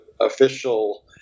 official